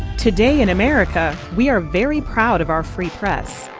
today in america, we are very proud of our free press.